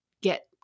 get